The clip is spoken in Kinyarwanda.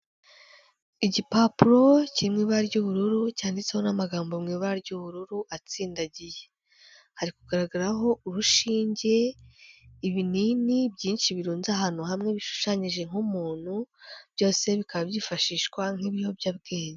Igipapuro kiri mu ibara ry'ubururu, cyanditseho n'amagambo mu ibara ry'ubururu atsindagiye, hari kugaragaraho urushinge, ibinini byinshi birunze ahantu hamwe, bishushanyije nk'umuntu byose bikaba byifashishwa nk'ibiyobyabwenge.